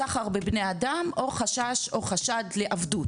סחר בבני אדם, או חשש, או חשד לעבדות,